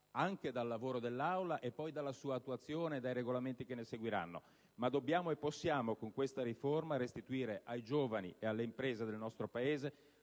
anche dal lavoro dell'Aula e poi dalla sua attuazione, dai regolamenti che ne seguiranno, ma dobbiamo e possiamo con questa riforma restituire ai giovani e alle imprese del nostro Paese